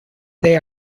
they